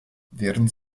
während